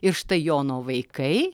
ir štai jono vaikai